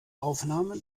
aufnahme